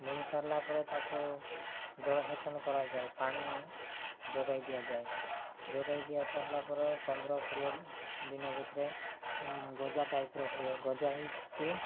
ବୁଣି ସାରିଲା ପରେ ତାକୁ ଜଳସେଚନ କରାଯାଏ ପାଣି ଯୋଗାଇ ଦିଆଯାଏ ଯୋଗାଇ ଦିଆ ସାରିଲା ପରେ ପନ୍ଦର କୋଡ଼ିଏ ଦିନ ଭିତରେ ଗଜା ଟାଇପର ହୁଏ ଗଜା ହେଇକି